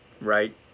right